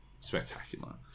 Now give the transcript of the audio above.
spectacular